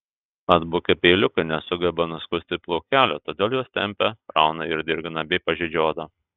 atbukę peiliukai nesugeba nuskusti plaukelių todėl juos tempia rauna ir dirgina bei pažeidžia odą